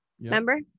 Remember